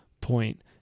point